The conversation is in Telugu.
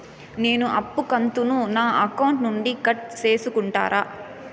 నేను అప్పు కంతును నా అకౌంట్ నుండి కట్ సేసుకుంటారా?